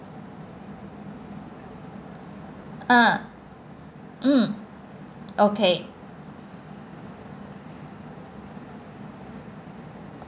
ah mm okay